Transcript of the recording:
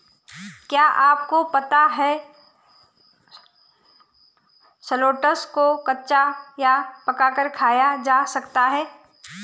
क्या आपको पता है शलोट्स को कच्चा या पकाकर खाया जा सकता है?